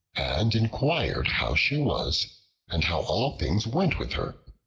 and inquired how she was and how all things went with her.